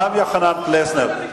גם יוחנן פלסנר.